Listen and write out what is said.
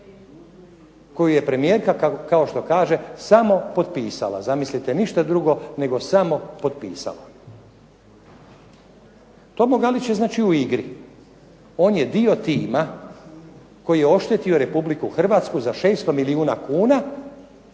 koju je premijerka, kao što kaže, samo potpisala. Zamislite, ništa drugo nego samo potpisala. Tomo Galić je znači u igri, on je dio tima koji je oštetio Republiku Hrvatsku za 600 milijuna kuna,